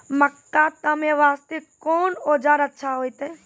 मक्का तामे वास्ते कोंन औजार अच्छा होइतै?